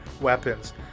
weapons